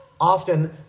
Often